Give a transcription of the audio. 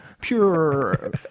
pure